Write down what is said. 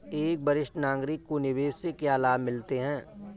एक वरिष्ठ नागरिक को निवेश से क्या लाभ मिलते हैं?